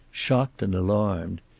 shocked and alarmed.